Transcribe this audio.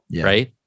right